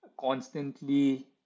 constantly